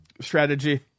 Strategy